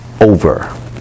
over